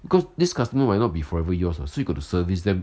because this customer might not be forever yours so you got to service them